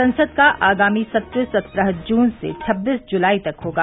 संसद का आगामी सत्र सत्रह जून से छब्बीस जुलाई तक होगा